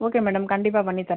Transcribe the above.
okay madam கண்டிப்பாக பண்ணி தரேன்